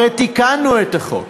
הרי תיקנו את החוק.